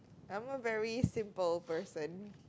I'm a very simple person